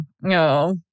No